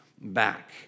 back